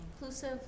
inclusive